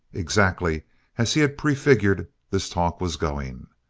exactly as he had prefigured, this talk was going.